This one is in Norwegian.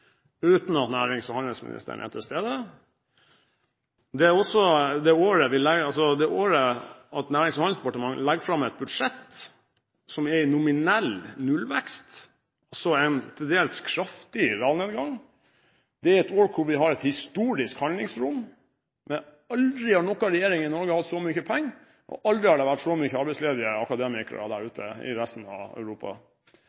uten at nærings- og handelsministeren er til stede. Det er også det året Nærings- og handelsdepartementet legger fram et budsjett som er i nominell nullvekst og en til dels kraftig realnedgang – i et år hvor vi har et historisk handlingsrom. Aldri har noen regjering i Norge hatt så mye penger, og aldri har det vært så mange arbeidsledige akademikere